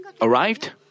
arrived